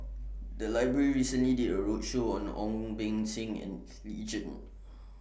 The Library recently did A roadshow on Ong Beng Seng and Lee Tjin